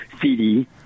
CD